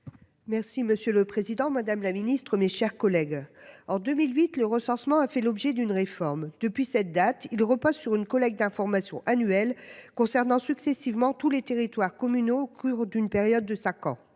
Merci, monsieur le Président Madame la Ministre, mes chers collègues. En 2008, le recensement a fait l'objet d'une réforme depuis cette date, il repose sur une collecte d'informations annuelle concernant successivement tous les territoires communaux ou d'une période de 5 ans.